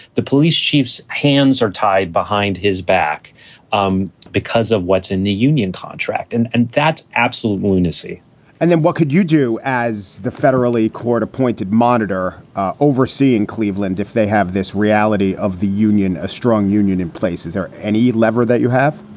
the police chief's hands are tied behind his back um because of what's in the union contract. and and that's absolute lunacy and then what could you do as the federally court appointed monitor overseeing cleveland, if they have this reality of the union, a strong union in place? is there any lever that you have?